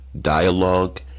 dialogue